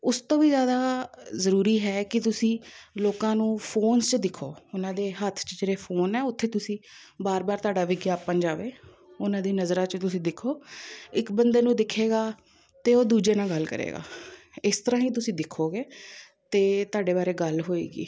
ਉਸ ਤੋਂ ਵੀ ਜ਼ਿਆਦਾ ਜ਼ਰੂਰੀ ਹੈ ਕਿ ਤੁਸੀਂ ਲੋਕਾਂ ਨੂੰ ਫੋਨਸ 'ਚ ਦਿਖੋ ਉਹਨਾਂ ਦੇ ਹੱਥ 'ਚ ਜਿਹੜੇ ਫੋਨ ਹੈ ਉੱਥੇ ਤੁਸੀਂ ਵਾਰ ਵਾਰ ਤੁਹਾਡਾ ਵਿਗਿਆਪਨ ਜਾਵੇ ਉਹਨਾਂ ਦੀ ਨਜ਼ਰਾਂ 'ਚ ਤੁਸੀਂ ਦਿਖੋ ਇੱਕ ਬੰਦੇ ਨੂੰ ਦਿਖੇਗਾ ਅਤੇ ਉਹ ਦੂਜੇ ਨਾਲ ਗੱਲ ਕਰੇਗਾ ਇਸ ਤਰ੍ਹਾਂ ਹੀ ਤੁਸੀਂ ਦਿਖੋਗੇ ਅਤੇ ਤੁਹਾਡੇ ਬਾਰੇ ਗੱਲ ਹੋਏਗੀ